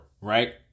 right